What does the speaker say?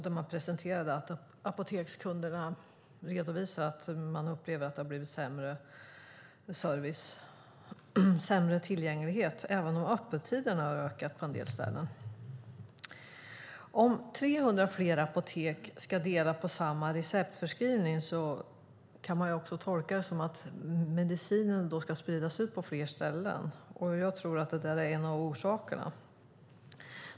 Där presenterade man att apotekskunderna redovisar att de upplever att det har blivit sämre service och sämre tillgänglighet, även om öppettiderna har ökat på en del ställen. Om 300 fler apotek ska dela på samma receptförskrivning kan man också tolka det så att medicinen ska spridas ut på fler ställen. Jag tror att det är en av orsakerna.